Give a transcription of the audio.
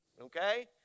Okay